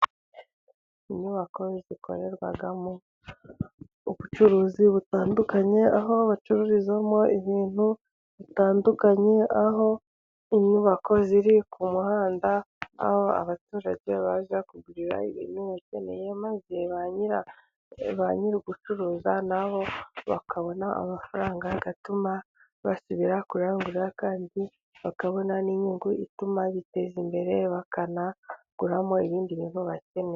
Inyubako zikorerwamo ubucuruzi butandukanye, aho bacururizamo ibintu bitandukanye, aho inyubako ziri ku muhanda, aho abaturage baza kugurira ibyo bakeneye, maze ba nyir'ugucuruza nabo bakabona amafaranga bigatuma basubira kurangura, kandi bakabona n'inyungu ituma biteza imbere, bakanaguramo ibindi bintu bakeneye.